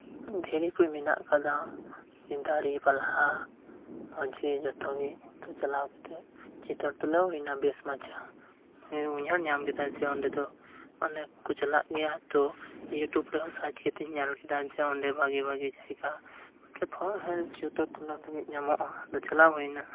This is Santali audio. ᱫᱷᱤᱨᱤᱠᱚ ᱢᱮᱱᱟᱜ ᱟᱠᱟᱫᱟ ᱫᱟᱨᱮ ᱯᱟᱞᱦᱟ ᱢᱚᱪᱜᱮ ᱡᱚᱛᱚᱜᱮ ᱥᱩᱫᱩ ᱪᱟᱞᱟᱣ ᱠᱟᱛᱮᱫ ᱪᱤᱛᱟᱹᱨ ᱛᱩᱞᱟᱹᱣ ᱦᱩᱭᱮᱱᱟ ᱵᱮᱥ ᱢᱟᱪᱷᱟ ᱤᱧ ᱩᱧᱦᱟᱹᱨ ᱧᱟᱢ ᱠᱮᱫᱟ ᱡᱮ ᱚᱸᱰᱮ ᱫᱚ ᱚᱱᱮᱠ ᱠᱚ ᱪᱟᱞᱟᱜ ᱜᱮᱭᱟ ᱛᱚ ᱤᱭᱩᱴᱩᱵ ᱨᱮᱦᱚᱸ ᱥᱟᱨᱪ ᱠᱟᱛᱮᱧ ᱧᱮᱞᱠᱮᱫᱟ ᱡᱮ ᱚᱸᱰᱮ ᱵᱷᱟᱹᱜᱤ ᱵᱷᱟᱹᱜᱤ ᱪᱤᱛᱟᱹᱨ ᱛᱩᱞᱟᱹᱣ ᱞᱟᱹᱜᱤᱫ ᱧᱟᱢᱚᱜᱼᱟ ᱟᱫᱚ ᱪᱟᱞᱟᱣ ᱦᱩᱭ ᱮᱱᱟ